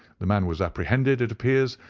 the man was apprehended, it appears,